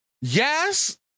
Yes